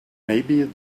maybe